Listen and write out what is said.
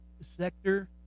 sector